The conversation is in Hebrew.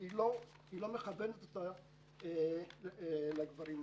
היא לא מכוונת אותה לגברים עצמם.